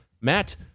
Matt